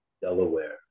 Delaware